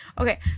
okay